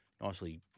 nicely